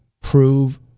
prove